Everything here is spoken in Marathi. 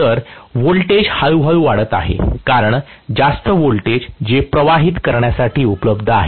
तर व्होल्टेज हळूहळू वाढत आहे कारण जास्त व्होल्टेज जे प्रवाहित करण्यासाठी उपलब्ध आहे